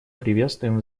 приветствуем